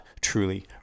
truly